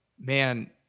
man